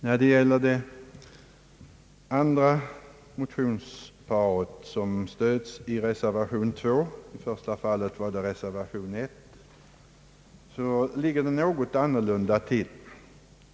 När det gäller det andra motionsparet, som stöds i reservation II — i det första fallet var det reservation I — ligger det något annorlunda till.